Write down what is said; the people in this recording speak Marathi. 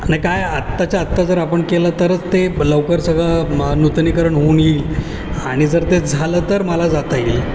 नाही काय आहे आत्ताच्या आत्ता जर आपण केलं तरच ते लवकर सगळं नूतनीकरण होऊन येईल आणि जर ते झालं तर मला जाता येईल